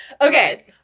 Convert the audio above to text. Okay